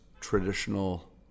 traditional